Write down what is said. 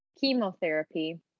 chemotherapy